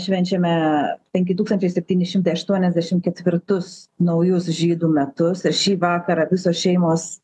švenčiame penki tūkstančiai septyni šimtai aštuoniasdešim ketvirtus naujus žydų metus ir šį vakarą visos šeimos